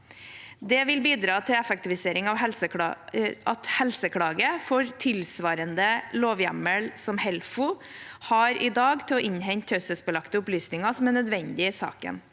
Det vil bidra til effektivisering at Helseklage får tilsvarende lovhjemmel som Helfo i dag har til å innhente taushetsbelagte opplysninger som er nødvendige i saken.